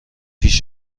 پیش